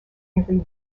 nearly